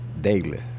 daily